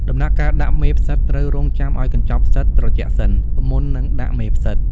ដំណាក់កាលដាក់មេផ្សិត ត្រូវរង់ចាំឲ្យកញ្ចប់ផ្សិតត្រជាក់សិន មុននឹងដាក់មេផ្សិត។